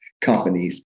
companies